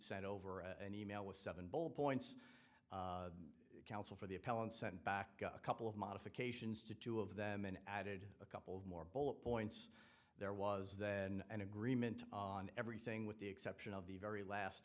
sent over an email with seven bowl points counsel for the appellant sent back a couple of modifications to two of them and added a couple of more bullet points there was then an agreement on everything with the exception of the very last